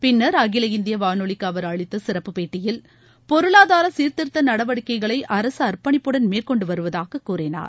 பின்னர் அகில் இந்தியவானொலிக்குஅவர் அளித்தசிறப்பு பேட்டியில் பொருளாதாரசீர்திருத்தநடவடிக்கைகளைஅரசுஅர்ப்பணிப்புடன் மேற்கொண்டுவருவதாககூறினார்